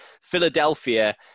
Philadelphia